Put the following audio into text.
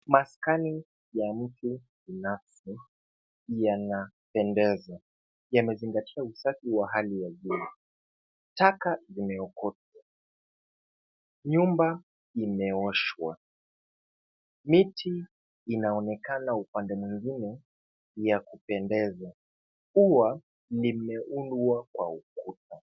Maskani ya mtu binafsi yanapendeza. Yamezingatia usafi wa hali ya juu. Taka zimeokotwa. Nyumba imeoshwa. Miti inaonekana upande mwingine ni ya kupendeza. Ua limeundwa kwa ukuta.